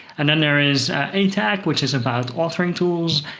and then there is atag, which is about authoring tools,